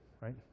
right